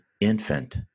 infant